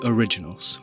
Originals